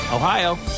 Ohio